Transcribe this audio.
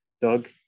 Doug